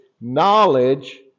knowledge